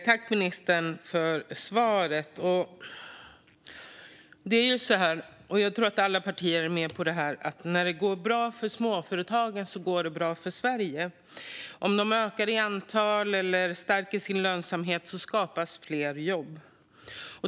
Fru talman! Jag tackar ministern för svaret. Jag tror att alla partier är med på att när det går bra för småföretagen går det bra för Sverige. Om de ökar i antal eller stärker sin lönsamhet skapas fler jobb.